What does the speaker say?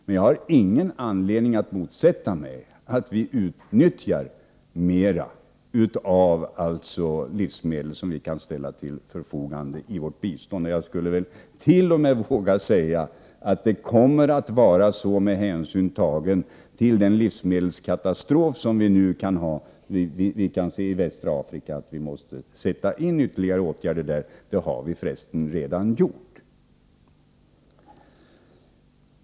Men jag har ingen anledning att motsätta mig att vi utnyttjar mera av de livsmedel som vi kan ställa till förfogande för vårt bistånd. Jag skulle t.o.m. våga säga att vi med hänsyn tagen till den livsmedelskatastrof som vi nu kan se i västra Afrika måste sätta in ytterligare åtgärder där. Det har vi för resten redan gjort.